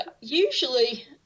usually